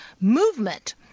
movement